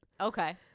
Okay